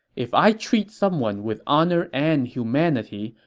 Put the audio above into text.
if i treat someone with honor and humanity,